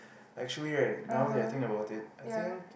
actually right now they are think about it I think